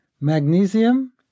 magnesium